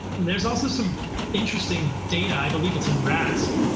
there's also some interesting data, i believe it's in rats,